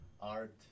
art